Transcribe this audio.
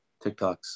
TikToks